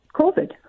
COVID